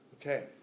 okay